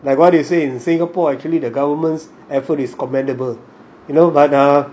like what you say in singapore actually the government's effort is commendable you know but ugh